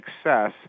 success